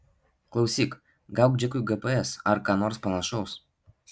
klausyk gauk džekui gps ar ką nors panašaus